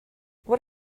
what